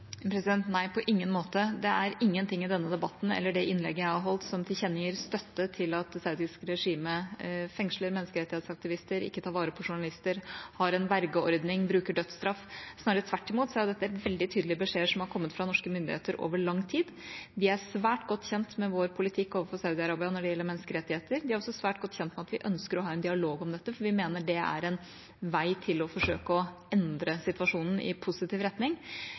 praksis? Nei, på ingen måte – det er ingenting i denne debatten eller i innlegget jeg holdt, som tilkjennegir støtte til at det saudiske regimet fengsler menneskerettighetsaktivister, ikke tar vare på journalister, har en vergeordning, bruker dødsstraff. Snarere tvert imot er det veldig tydelige beskjeder som har kommet fra norske myndigheter over lang tid. De er svært godt kjent med vår politikk overfor Saudi-Arabia når det gjelder menneskerettigheter. De er også svært godt kjent med at vi ønsker å ha en dialog om dette, for vi mener det er en vei til å forsøke å endre situasjonen i positiv retning.